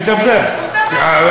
כן.